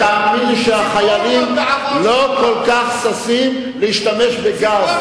ותאמין לי שהחיילים לא כל כך ששים להשתמש בגז,